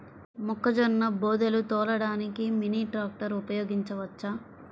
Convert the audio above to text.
మొక్కజొన్న బోదెలు తోలడానికి మినీ ట్రాక్టర్ ఉపయోగించవచ్చా?